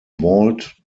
vault